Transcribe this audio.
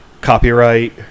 copyright